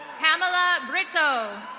pamela britto.